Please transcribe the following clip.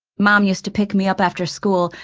mom used to pick me up after school,